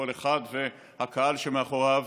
כל אחד והקהל שמאחוריו: